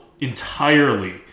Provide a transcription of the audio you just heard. entirely